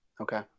okay